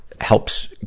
helps